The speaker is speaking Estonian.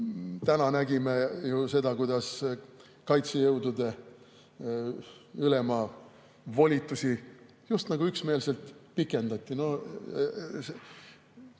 Täna nägime seda, kuidas kaitsejõudude ülema volitusi just nagu üksmeelselt pikendati.